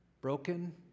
broken